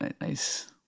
nice